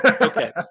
Okay